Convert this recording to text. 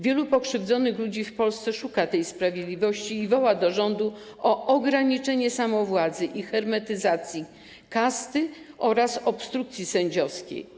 Wielu pokrzywdzonych ludzi w Polsce szuka sprawiedliwości i woła do rządu o ograniczenie samowładzy i hermetyzacji kasty oraz obstrukcji sędziowskiej.